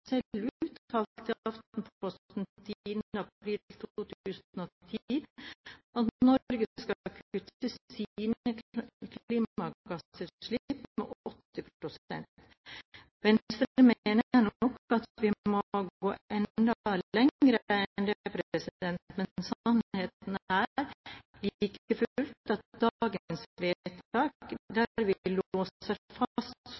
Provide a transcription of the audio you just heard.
uttalt til Aftenposten 10. april 2010, skal Norge kutte sine klimagassutslipp med 80 pst. Venstre mener nok at vi må gå enda lenger enn det, men sannheten er like fullt at dagens vedtak, der vi låser fast